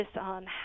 on